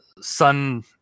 sun